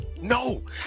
No